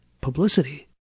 publicity